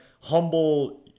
humble